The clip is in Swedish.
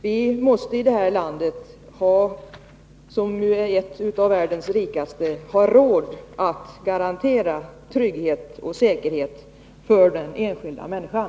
Vi måste i det här landet —som ju är ett av världens rikaste — ha råd att garantera trygghet och säkerhet för den enskilda människan.